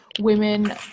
women